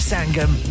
Sangam